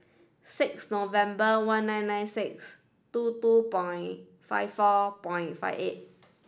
six November one nine nine six two two point five four point five eight